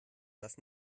das